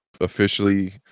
officially